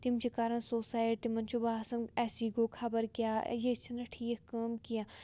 تِم چھِ کَران سوسایِڈ تِمَن چھُ باسان اَسی گوٚو خَبَر کیٛاہ یہِ چھِنہٕ ٹھیٖک کٲم کینٛہہ